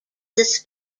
this